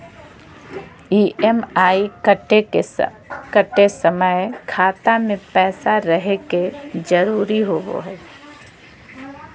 EMI कटे समय खाता मे पैसा रहे के जरूरी होवो हई